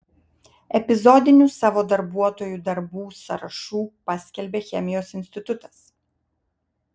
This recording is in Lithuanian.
epizodinių savo darbuotojų darbų sąrašų paskelbė chemijos institutas